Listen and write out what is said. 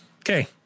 okay